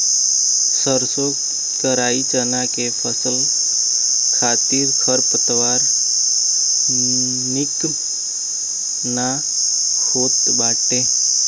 सरसों कराई चना के फसल खातिर खरपतवार निक ना होत बाटे